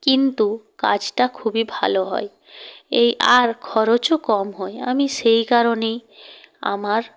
কিন্তু কাজটা খুবই ভালো হয় আর খরচও কম হয় আমি সেই কারণেই আমার